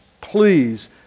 please